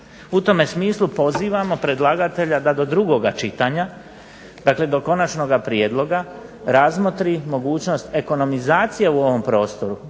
U tome smislu pozivamo predlagatelja da do drugoga čitanja, dakle do konačnoga prijedloga razmotri mogućnost ekonomizacije u ovom prostoru.